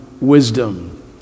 wisdom